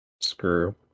screw